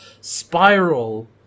spiral